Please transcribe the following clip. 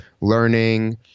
learning